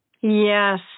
Yes